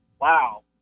wow